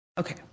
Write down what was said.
Okay